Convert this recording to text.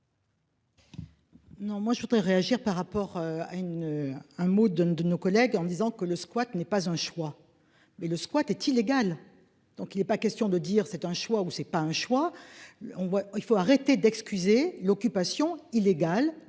Non, moi je voudrais réagir par rapport à une. Un mot d'un de nos collègues en disant que le squat n'est pas un choix. Mais le squat est illégale. Donc il est pas question de dire, c'est un choix ou c'est pas un choix. On voit, il faut arrêter d'excuser l'occupation illégale